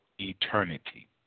eternity